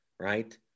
Right